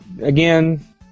again